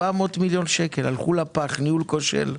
400 מיליון שקל הלכו לפח על ניהול כושל.